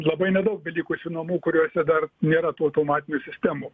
labai nedaug belikusių namų kuriuose dar nėra tų automatinių sistemų